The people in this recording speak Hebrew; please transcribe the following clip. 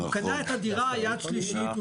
קנה את הדירה יד שלישית.